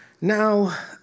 Now